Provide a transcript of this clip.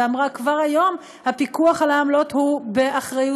אמרה: כבר היום הפיקוח על העמלות הוא באחריותי,